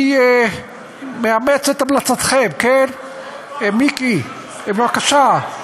אני מאמץ את המלצתכם, כן, מיקי, בבקשה,